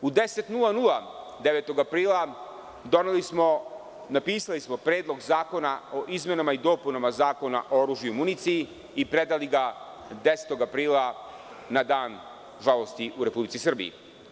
U 10,00 časova, 9. aprila, doneli smo, napisali smo Predlog zakona o izmenama i dopunama Zakona o oružju i municiji i predali ga 10. aprila na dan žalosti u Republici Srbiji.